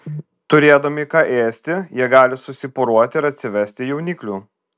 turėdami ką ėsti jie gali susiporuoti ir atsivesti jauniklių